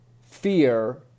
fear